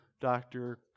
doctor